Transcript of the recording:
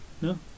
No